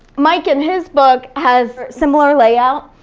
mike, in his book, has similar layout.